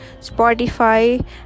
spotify